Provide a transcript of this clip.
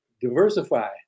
diversify